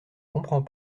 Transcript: comprends